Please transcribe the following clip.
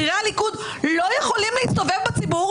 בכירי הליכוד לא יכולים להסתובב בציבור